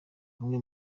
amwe